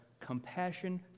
compassion